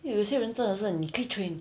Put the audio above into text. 有些人真的是你可以 train